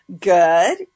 good